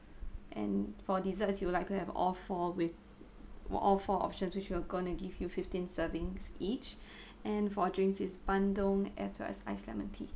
and for desserts you would like to have all four with were all four options which we are going to give you fifteen servings each and for our drinks is bandung as well as ice lemon tea